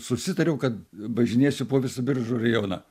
susitariau kad važinėsiu po visą biržų rajoną